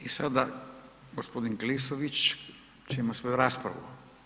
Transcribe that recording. I sada g. Klisović će imat svoju raspravu.